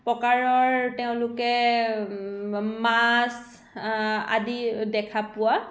প্ৰকাৰৰ তেওঁলোকে মাছ আদি দেখা পোৱা